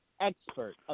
expert